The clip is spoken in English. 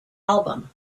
album